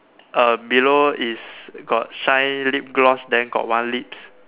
uh below is got shine lip gloss then got one lips